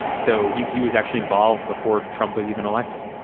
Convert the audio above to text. so he he was actually involved before trump was even elected